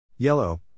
Yellow